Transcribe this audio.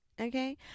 Okay